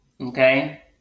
Okay